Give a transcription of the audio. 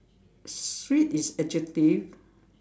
sweet is adjective